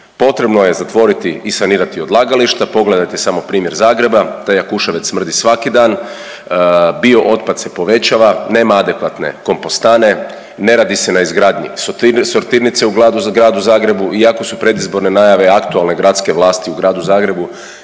Potrebno je zatvoriti i sanirati odlagališta, pogledajte samo primjer Zagreba, taj Jakuševac smrti svaki dan, bio otpad se povećava nema adekvatne kompostane, ne radi se na izgradnji sortirnice u gradu Zagrebu iako su predizborne najave aktualne gradske vlasti u gradu Zagrebu